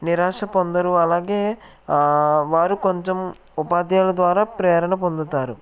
నిరాశ పొందరు అలాగే వారు కొంచెం ఉపాధ్యాయుల ద్వారా ప్రేరణ పొందుతారు